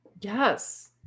Yes